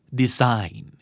design